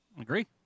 Agree